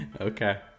Okay